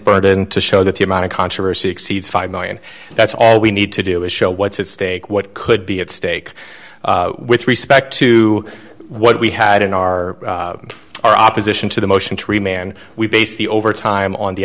burden to show that the amount of controversy exceeds five million dollars that's all we need to do is show what's at stake what could be at stake with respect to what we had in our opposition to the motion to remain and we base the over time on the